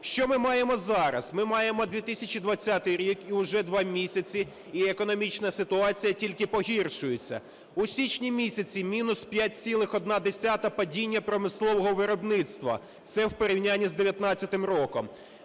Що ми маємо зараз. Ми маємо 2020 рік і уже два місяці. І економічна ситуація тільки погіршується. У січні місяці – мінус 5,1 падіння промислового виробництва, це в порівнянні з 19-м роком.